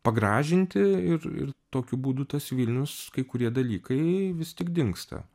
pagražinti ir ir tokiu būdu tas vilnius kai kurie dalykai vis tik dingsta